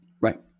Right